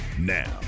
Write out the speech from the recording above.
Now